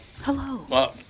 Hello